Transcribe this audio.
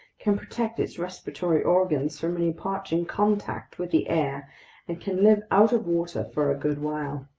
can protect its respiratory organs from any parching contact with the air and can live out of water for a good while.